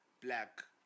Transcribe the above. black